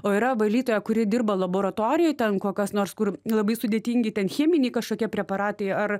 o yra valytoja kuri dirba laboratorijoj ten kokios nors kur labai sudėtingi cheminiai kažkokie preparatai ar